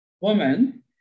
woman